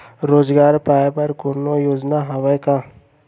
रोजगार पाए बर कोनो योजना हवय का?